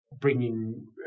bringing